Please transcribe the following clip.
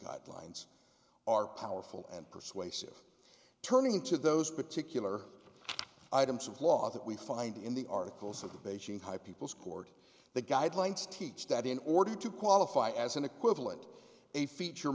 guidelines are powerful and persuasive turning to those particular items of law that we find in the articles of the beijing high people's court the guidelines teach that in order to qualify as an equivalent a feature